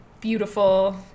beautiful